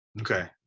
Okay